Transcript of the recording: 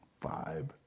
vibe